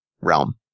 realm